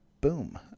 boom